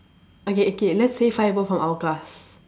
okay okay let's say five of them from our class